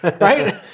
right